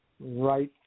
right